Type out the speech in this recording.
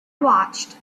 watched